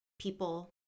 people